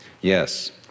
yes